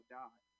die